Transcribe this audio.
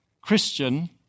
Christian